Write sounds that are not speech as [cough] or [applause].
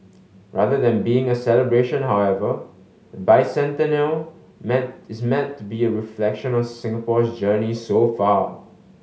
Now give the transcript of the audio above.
rather than being a celebration however the bicentennial [unintelligible] is meant to be a reflection on Singapore's journey so far